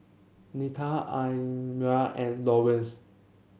Nita Almyra and Laurence